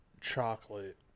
chocolate